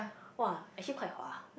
!wah! actually quite hot ah